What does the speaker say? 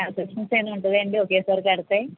concession ఏమైనా ఉంటదా అండి ఒకేసారి కడితే